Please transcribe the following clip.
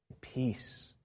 peace